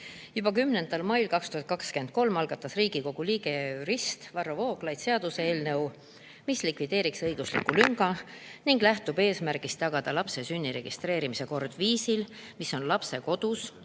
Juba 10. mail 2023 algatas Riigikogu liige ja jurist Varro Vooglaid seaduseelnõu, mis likvideeriks õigusliku lünga. Eelnõu lähtub eesmärgist tagada lapse sünni registreerimise kord viisil, mis on lapse kodus või